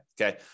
Okay